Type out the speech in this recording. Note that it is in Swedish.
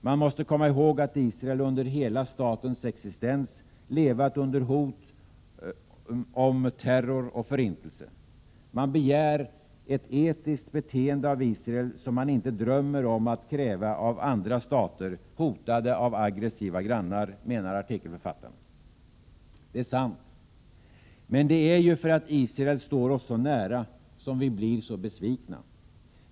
Man måste komma ihåg att Israel under hela statens existens levat under hot om terror och förintelse. Man begär ett etiskt beteende av Israel som man inte drömmer om att kräva av andra stater hotade av aggressiva grannar, menar artikelförfattarna. Det är sant. Men det är ju för att Israel står oss så nära som vi blir så besvikna.